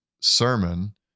sermon